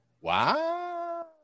Wow